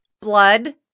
Blood